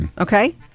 Okay